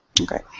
Okay